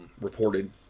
reported